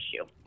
issue